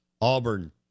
Auburn